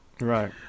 Right